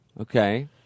Okay